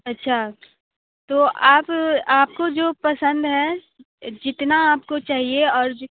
अच्छा तो आप आपको जो पसंद है जितना आपको चाहिए और जितना